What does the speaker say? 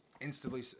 Instantly